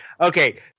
Okay